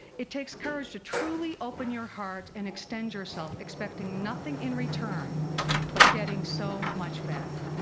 it takes courage to truly open your heart and extend yourself expecting nothing in return but getting so much back.